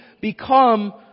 become